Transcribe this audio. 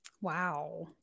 Wow